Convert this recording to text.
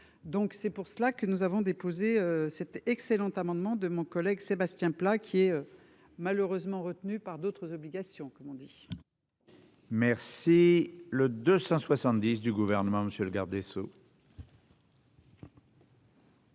Donc c'est pour cela que nous avons déposé cet excellent amendement de mon collègue Sébastien Pla qui est. Malheureusement, retenu par d'autres obligations comme on dit. Merci. Le 270 du gouvernement, monsieur